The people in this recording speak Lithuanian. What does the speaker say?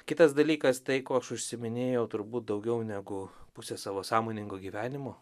kitas dalykas tai kuo aš užsiiminėju turbūt daugiau negu pusę savo sąmoningo gyvenimo